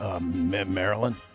Maryland